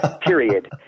Period